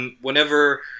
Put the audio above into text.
whenever